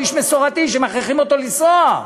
הוא איש מסורתי ומכריחים אותו לנסוע.